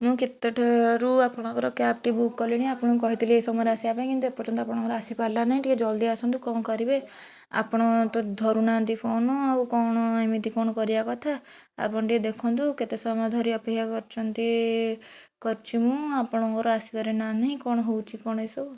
ମୁଁ କେତେଟାରୁ ଆପଣନଙ୍କର କ୍ୟାବ ଟି ବୁକ କଲେଣି ଆପଣଙ୍କୁ କହିଥିଲେ ଏହି ସମୟରେ ଆସିବା ପାଇଁ କିନ୍ତୁ ଏ ପର୍ଯ୍ୟନ୍ତ ଆପଣଙ୍କର ଆସି ପାରିଲା ନାହିଁ ଟିକେ ଜଲଦି ଆସନ୍ତୁ କ'ଣ କରିବେ ଆପଣ ତ ଧରୁ ନାହାଁନ୍ତି ଫୋନ ଆଉ କ'ଣ ଏମିତି କ'ଣ କରିବା କଥା ଆପଣ ଟିକେ ଦେଖନ୍ତୁ କେତେ ସମୟ ଧରି ଅପେକ୍ଷା କରିଛନ୍ତି କରିଛି ମୁଁ ଆପଣଙ୍କର ଆସିବାର ନା ନାହିଁ କ'ଣ ହେଉଛି କ'ଣ ଏ ସବୁ